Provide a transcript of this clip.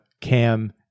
Cam